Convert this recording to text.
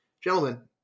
gentlemen